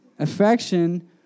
Affection